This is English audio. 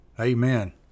amen